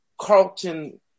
Carlton